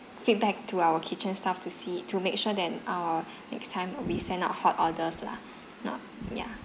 feedback to our kitchen staff to see to make sure that err next time will send out hot orders lah not yeah